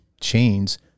chains